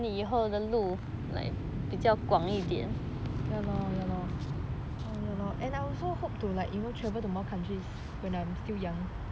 ya lor ya lor ya lor and I also hope to like you know travel to more countries when I'm still young